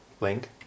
Link